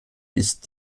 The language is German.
ist